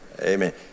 Amen